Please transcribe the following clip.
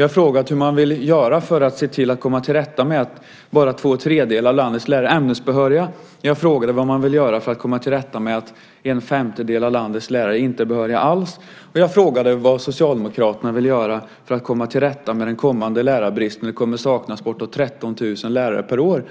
Jag frågade hur man vill göra för att komma till rätta med det faktum att bara två tredjedelar av landets lärare är ämnesbehöriga. Jag frågade vad man vill göra för att komma till rätta med att en femtedel av landets lärare inte är behöriga alls, och jag frågade vad Socialdemokraterna vill göra för att komma till rätta med den kommande lärarbristen. Det kommer att saknas bortåt 13 000 lärare om ett par år.